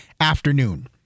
afternoon